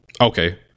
okay